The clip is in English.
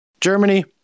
Germany